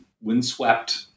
windswept